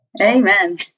Amen